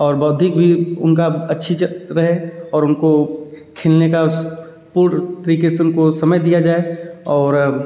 और बौधिक भी उनका अच्छी रहे और उनको खेलने का स पूर्ण तरीके से उनको समय दिया जाए और